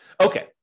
Okay